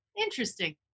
interesting